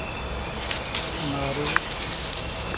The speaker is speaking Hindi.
हमारे